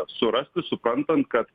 surasti suprantant kad